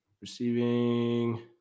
Receiving –